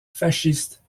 fasciste